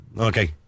Okay